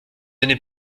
n’est